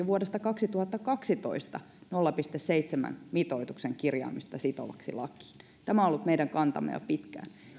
vuodesta kaksituhattakaksitoista vaatinut nolla pilkku seitsemän mitoituksen kirjaamista sitovaksi lakiin tämä on ollut meidän kantamme jo pitkään